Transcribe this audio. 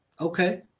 okay